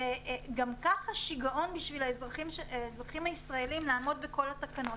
וגם כך זה שיגעון בשביל האזרחים הישראלים לעמוד בכל התקנות.